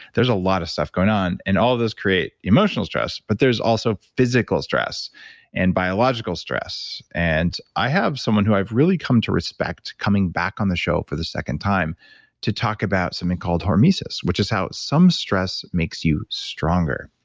there's a lot of stuff going on, and all of those create emotional stress but there's also physical stress and biological stress. and i have someone who i've really come to respect coming back on the show for the second time to talk about something called hormesis, which is how some stress makes you stronger.